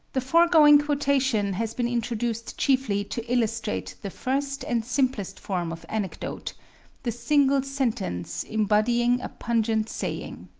the foregoing quotation has been introduced chiefly to illustrate the first and simplest form of anecdote the single sentence embodying a pungent saying.